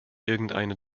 irgendeine